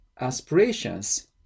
aspirations